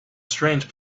strange